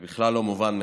זה בכלל לא מובן מאליו.